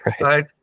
Right